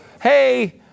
Hey